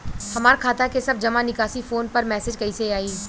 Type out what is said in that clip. हमार खाता के सब जमा निकासी फोन पर मैसेज कैसे आई?